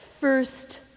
First